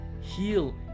Heal